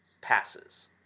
passes